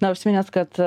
na užsiminėt kad